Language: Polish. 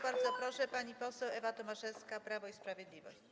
Bardzo proszę, pani poseł Ewa Tomaszewska, Prawo i Sprawiedliwość.